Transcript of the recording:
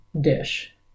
dish